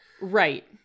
Right